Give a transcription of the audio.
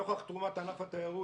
נוכח תרומת ענף התיירות,